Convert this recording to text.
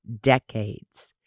decades